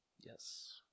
Yes